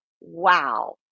Wow